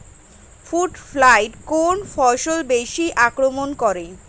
Fruit fly কোন ফসলে বেশি আক্রমন করে?